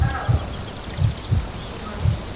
औ औ good morning